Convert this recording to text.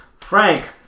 Frank